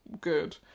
good